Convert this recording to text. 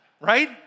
Right